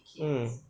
mm